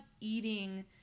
eating